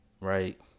right